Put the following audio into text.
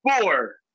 four